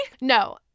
No